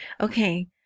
okay